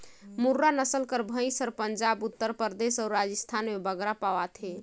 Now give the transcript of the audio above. मुर्रा नसल कर भंइस हर पंजाब, उत्तर परदेस अउ राजिस्थान में बगरा पवाथे